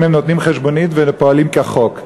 אם הם נותנים חשבונית ופועלים כחוק.